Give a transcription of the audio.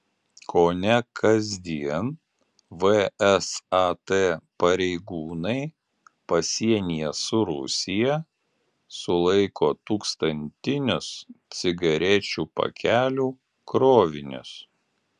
kone kasdien vsat pareigūnai pasienyje su rusija sulaiko tūkstantinius cigarečių pakelių krovinius